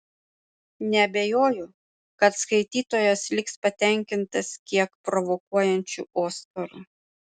neabejoju kad skaitytojas liks patenkintas kiek provokuojančiu oskaru